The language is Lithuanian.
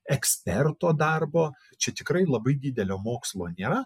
eksperto darbo čia tikrai labai didelio mokslo nėra